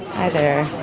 hi there.